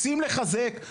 רוצים לחזק?